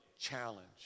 challenge